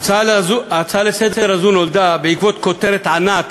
ההצעה לסדר-יום הזאת נולדה בעקבות כותרת ענק